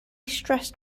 stressed